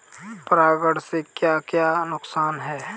परागण से क्या क्या नुकसान हैं?